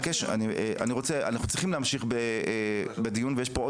אנחנו צריכים להמשיך בדיון ויש פה עוד